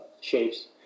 shapes